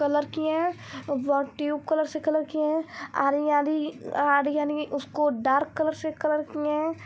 colour किए हैं व ट्यूब कलर से कलर किए हैं आरी आरी आरी यानि कि उसको डार्क कलर से कलर किए हैं